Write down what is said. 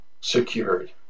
secured